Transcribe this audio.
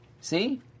see